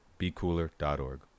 BeCooler.org